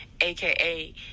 aka